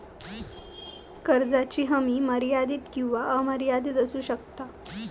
कर्जाची हमी मर्यादित किंवा अमर्यादित असू शकता